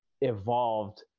evolved